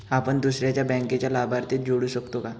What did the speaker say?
आपण दुसऱ्या बँकेचा लाभार्थी जोडू शकतो का?